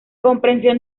compresión